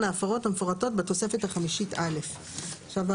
ההפרות המפורטות בתוספת החמישית א'"; עכשיו,